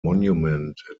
monument